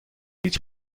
هیچ